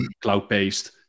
cloud-based